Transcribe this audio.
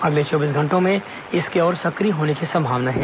अगले चौबीस घंटों में इसके और सक्रिय होने की संभावना है